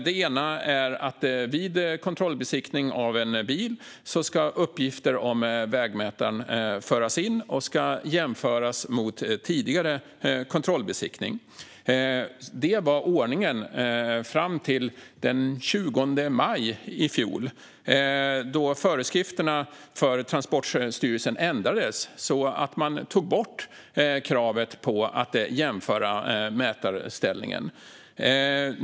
Det ena är att vid kontrollbesiktning av en bil ska uppgifter om vägmätaren föras in och jämföras mot tidigare kontrollbesiktning. Det var ordningen fram till den 20 maj i fjol då föreskrifterna för Transportstyrelsen ändrades så att man tog bort kravet på att jämföra mätarställningen.